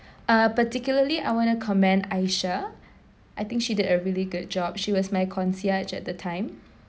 uh particularly I wanna commend aishah I think she did a really good job she was my concierge at the time